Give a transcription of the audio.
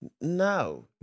No